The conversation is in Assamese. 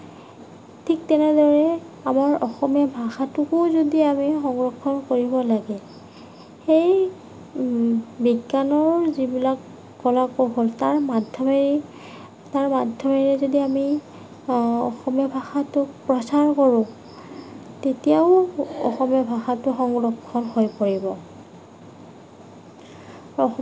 ঠিক তেনেদৰে আমাৰ অসমীয়া ভাষাটোকো যদি আমি সংৰক্ষণ কৰিব লাগে সেই বিজ্ঞানৰ যিবিলাক কলা কৌশল তাৰ মাধ্যমেৰে তাৰ মাধ্যমেৰে যদি আমি অসমীয়া ভাষাটো প্ৰচাৰ কৰোঁ তেতিয়াও অসমীয়া ভাষাটো সংৰক্ষণ হ'ব পাৰিব